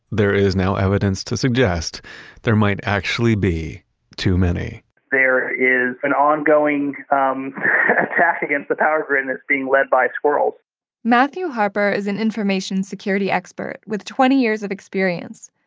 there is now evidence to suggest there might actually be too many there is an ongoing um attack against the power grid, and it's being led by squirrels matthew harper is an information security expert with twenty years of experience,